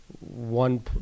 one